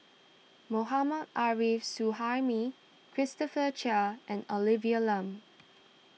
Mohammad Arif Suhaimi Christopher Chia and Olivia Lum